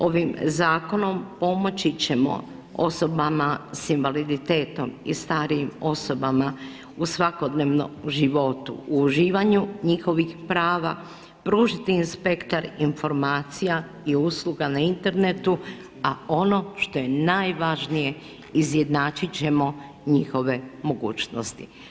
Ovim zakonom pomoći ćemo osobama sa invaliditetom i starijim osobama u svakodnevnom životu, u uživanju njihovih prava, pružiti im spektar informacija i usluga na internetu a ono što je najvažnije izjednačiti ćemo njihove mogućnosti.